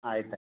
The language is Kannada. ಆಯ್ತು